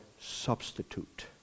substitute